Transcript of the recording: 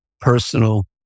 personal